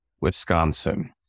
Wisconsin